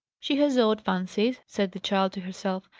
she has odd fancies, said the child to herself,